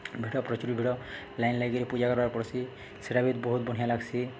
ଭିଡ଼ ପ୍ରଚୁର ଭିଡ଼ ଲାଇନ୍ ଲାଗିକରି ପୂଜା କର୍ବାର୍ ପଡ଼୍ସି ସେଟା ବି ବହୁତ୍ ବଢ଼ିଁଆ ଲାଗ୍ସି